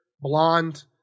Blonde